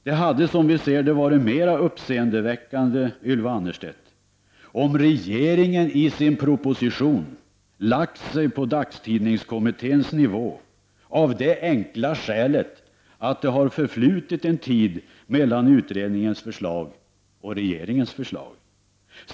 Det hade varit mer uppseendeväckande, Ylva Annerstedt, om regeringen i sin proposition hade lagt sig på dagstidningskommitténs nivå av det enkla skälet att det har förflutit en tid mellan det att utredningens förslag har lagts fram och regeringens förslag.